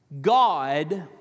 God